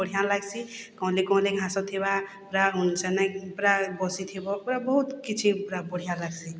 ବଢ଼ିଆ ଲାଗ୍ସି କଅଁଲି କଅଁଲି ଘାସ ଥିବା ପୁରା ସେନେ ପୁରା ବସିଥିବ ପୁରା ବହୁତ୍ କିଛି ପୁରା ବଢ଼ିଆ ଲାଗ୍ସି